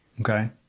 okay